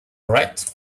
right